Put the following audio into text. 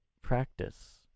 practice